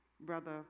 Brother